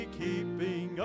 keeping